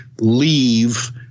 leave